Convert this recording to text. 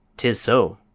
tis so,